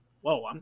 whoa